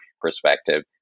perspective